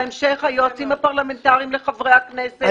בהמשך היועצים הפרלמנטריים לחברי הכנסת.